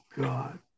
God